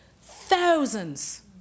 thousands